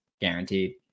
guaranteed